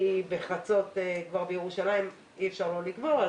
כי בחצות בירושלים כבר אי אפשר לא לקבור.